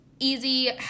Easy